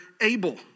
Abel